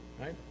right